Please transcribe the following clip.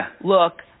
look